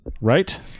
right